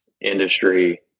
industry